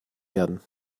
werden